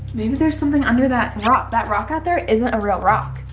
maybe there's something under that rock. that rock out there isn't a real rock.